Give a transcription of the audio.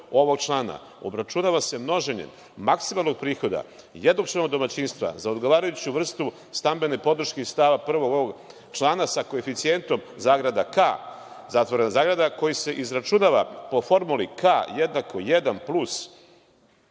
ovog člana, obračunava se množenjem maksimalnog prihoda jednočlanog domaćinstva za odgovarajuću vrstu stambene podrške, iz stava 1. ovog člana, sa koeficijentom (ka), koji se izračunava po formuli ka jednako jedan plus